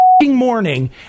morning